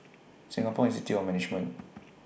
Singapore Institute of Management